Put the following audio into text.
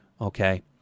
okay